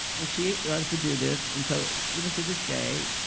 and she loves to do this. and so even to this day,